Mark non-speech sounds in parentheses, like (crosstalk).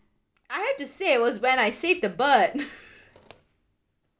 (noise) I have to say it was when I saved the bird (laughs)